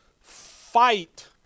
fight